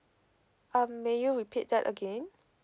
um may you repeat that again